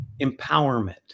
empowerment